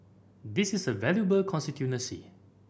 this is a valuable constituency